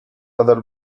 other